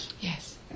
Yes